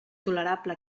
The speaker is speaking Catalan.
tolerable